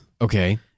Okay